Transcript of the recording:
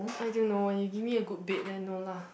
I don't know you give me a good bed then no lah